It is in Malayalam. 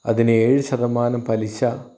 അതിന് ഏഴ് ശതമാനം പലിശ